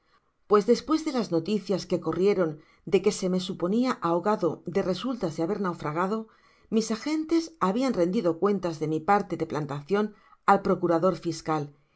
pues despues de las noticias que corrieron de que se me suponia ahogado de resultas de haber naufragado mis agentes habian rendido cuentas de mi parte de plantacion al procurador fiscal y